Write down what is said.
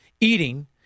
eating